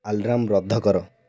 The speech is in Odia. ଆଲାର୍ମ ରଦ୍ଦ କର